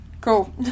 Cool